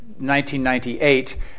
1998